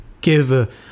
give